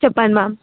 చెప్పండి మ్యామ్